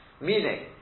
Meaning